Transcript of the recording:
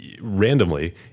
randomly